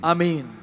Amen